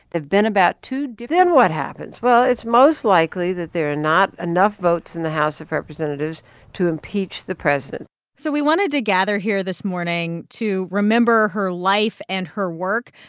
they've been about two. then what happens? well, it's most likely that there are not enough votes in the house of representatives to impeach the president so we wanted to gather here this morning to remember her life and her work.